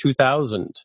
2000